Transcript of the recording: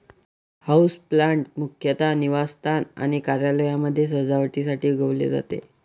houseplant मुख्यतः निवासस्थान आणि कार्यालयांमध्ये सजावटीसाठी उगवले जाते